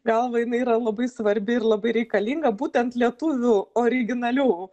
galva jinai yra labai svarbi ir labai reikalinga būtent lietuvių originalių